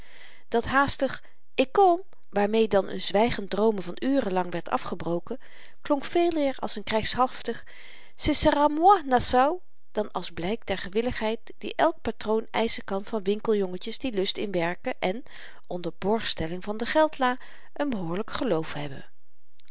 dat haastig ik kom waarmee dan n zwygend droomen van uren lang werd afgebroken klonk veeleer als n krygshaftig ce sera moi nassau dan als blyk der gewilligheid die elk patroon eischen kan van winkeljongetjes die lust in werken en onder borgstelling voor de geldlâ n behoorlyk geloof hebben